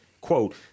quote